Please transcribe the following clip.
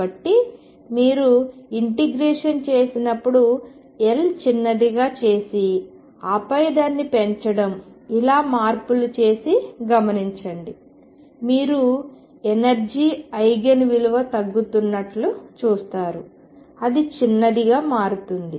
కాబట్టి మీరు ఇంటిగ్రేషన్ చేసినప్పుడు L చిన్నదిగా చేసి ఆపై దాన్ని పెంచడం ఇలా మార్పులు చేసి గమనించండి మీరు ఎనర్జీ ఐగెన్ విలువ తగ్గుతున్నట్లు చూస్తారు అది చిన్నదిగా మారుతోంది